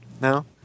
No